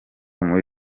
muri